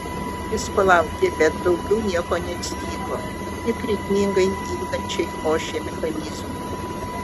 jis palaukė bet daugiau nieko neatsitiko tik ritmingai migdančiai ošė mechanizmai